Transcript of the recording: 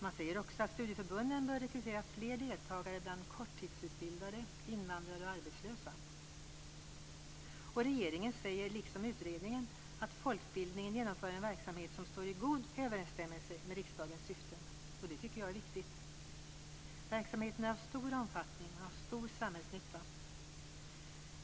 Man säger också att studieförbunden bör rekrytera fler deltagare bland korttidsutbildade, invandrare och arbetslösa. Regeringen säger, liksom utredningen, att folkbildning genomför en verksamhet som står i god överensstämmelse med riksdagens syften. Det tycker jag är viktigt. Verksamheten är av stor omfattning och har stor samhällsnytta.